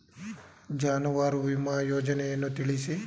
ಜಾನುವಾರು ವಿಮಾ ಯೋಜನೆಯನ್ನು ತಿಳಿಸಿ?